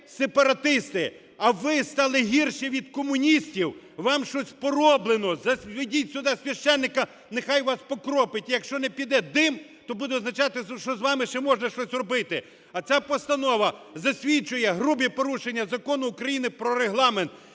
є сепаратисти. А ви стали гірші від комуністів. Вам щось пороблено. Заведіть сюди священика, нехай вас покропить. Якщо не біде дим, то буде означати, що з вами ще можна щось робити. А ця постанова засвідчує грубі порушення Закону України "Про Регламент".